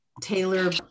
Taylor